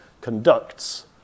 conducts